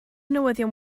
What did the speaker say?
newyddion